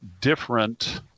different